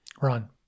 Ron